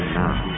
now